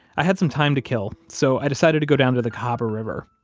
i had some time to kill so i decided to go down to the cahaba river.